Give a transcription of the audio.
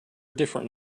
different